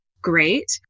great